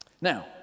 Now